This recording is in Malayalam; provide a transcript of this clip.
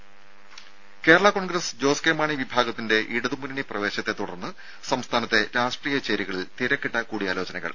രും കേരളാ കോൺഗ്രസ് ജോസ് കെ മാണി വിഭാഗത്തിന്റെ ഇടതു മുന്നണി പ്രവേശത്തെ തുടർന്ന് സംസ്ഥാനത്തെ രാഷ്ട്രീയ ചേരികളിൽ തിരക്കിട്ട കൂടിയാലോചനകൾ